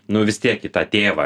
nu vis tiek į tą tėvą